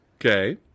Okay